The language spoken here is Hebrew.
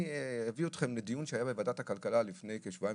בדיון שהיה בוועדת הכלכלה לפני כשבועיים